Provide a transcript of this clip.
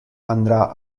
andrà